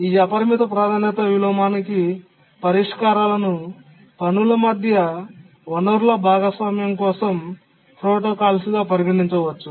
ఈ అపరిమిత ప్రాధాన్యత విలోమానికి పరిష్కారాలను పనుల మధ్య వనరుల భాగస్వామ్యం కోసం ప్రోటోకాల్స్ గా పరిగణించవచ్చు